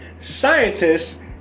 Scientists